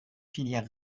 filière